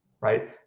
right